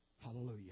Hallelujah